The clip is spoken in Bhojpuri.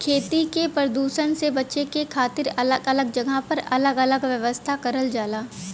खेती के परदुसन से बचे के खातिर अलग अलग जगह पर अलग अलग व्यवस्था करल जाला